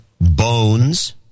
Bones